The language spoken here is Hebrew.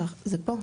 זה פה.